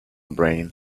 brain